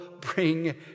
bring